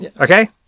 Okay